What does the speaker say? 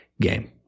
game